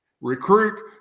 recruit